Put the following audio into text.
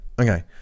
okay